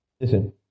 Listen